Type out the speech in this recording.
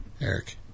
Eric